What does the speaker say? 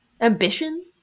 ambition